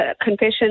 confession